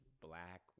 black